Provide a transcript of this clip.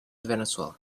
venezuela